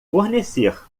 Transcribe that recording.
fornecer